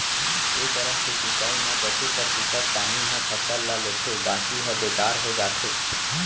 ए तरह के सिंचई म दसे परतिसत पानी ह फसल ल लेथे बाकी ह बेकार हो जाथे